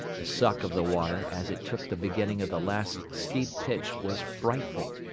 the suck of the water as it took the beginning of the last steep pitch was frightful,